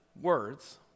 words